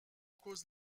cause